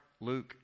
Luke